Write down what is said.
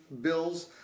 Bills